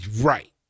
Right